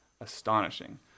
astonishing